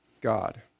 God